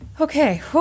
Okay